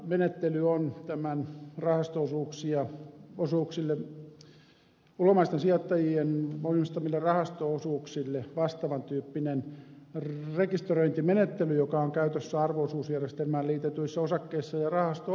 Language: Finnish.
menettely on ulkomaisten sijoittajien omistamille rahasto osuuksille vastaavan tyyppinen rekisteröintimenettely joka on käytössä arvo osuusjärjestelmään liitetyissä osakkeissa ja rahasto osuuksissa